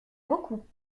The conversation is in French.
beaucoup